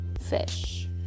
fish